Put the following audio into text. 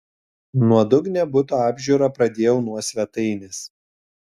nuodugnią buto apžiūrą pradėjau nuo svetainės